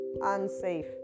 unsafe